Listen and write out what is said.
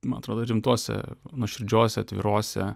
man atrodo rimtose nuoširdžiose atvirose